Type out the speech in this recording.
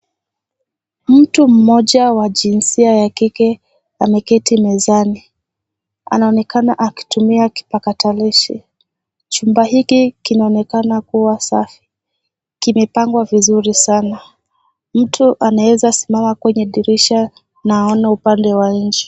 Mtu mmoja wa jinsia ya kike ameketi mezani. Anaonekana akitumia kipakatalishi. Chumba hiki kinaonekana kuwa safi. Kimepangwa vizuri sana. Mtu anaweza simama kwenye dirisha na aone upande wa nje.